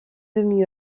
demi